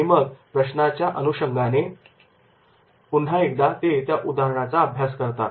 आणि मग त्या प्रश्नाच्या अनुषंगाने ते पुन्हा एकदा त्या उदाहरणाचा अभ्यास करतात